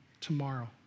tomorrow